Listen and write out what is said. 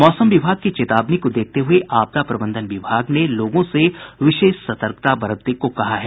मौसम विभाग की चेतावनी को देखते हये आपदा प्रबंधन विभाग ने लोगों से विशेष सतर्कता बरतने को कहा है